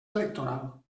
electoral